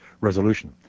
resolution